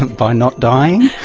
by not dying.